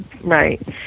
right